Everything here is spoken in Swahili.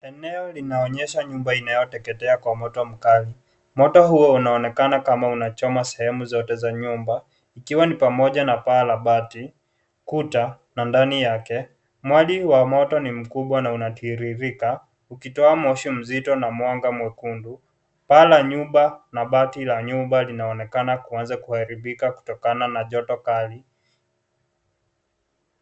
Eneo linaonyesha nyumba inayoteketea kwa moto mkali. Moto huo unaonekana unaonekana kama unachoma sehemu zote za nyumba. Ikiwa ni pamoja n paa, kuta na ndani yake. Mwali wa moto ni mkubwa na unatiririka ukitoa moshi mzito na mwanga mwekundu. Paa la nyumba na bati la nyumba linaonekana kuanza kuharibika kutokana na choto kali.